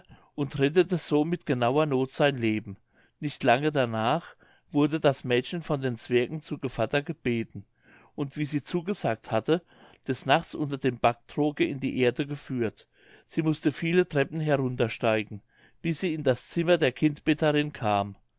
und rettete so mit genauer noth sein leben nicht lange danach wurde das mädchen von den zwergen zu gevatter gebeten und wie sie zugesagt hatte des nachts unter dem backtroge in die erde geführt sie mußte viele treppen heruntersteigen bis sie in das zimmer der kindbetterin kam